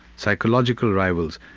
psychological rivals,